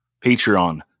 Patreon